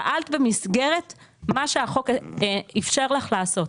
פעלת במסגרת מה שהחוק אפשר לך לעשות,